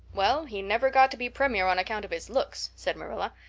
well, he never got to be premier on account of his looks, said marilla.